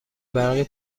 برقی